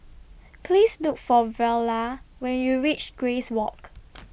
Please Look For Viola when YOU REACH Grace Walk